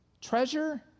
treasure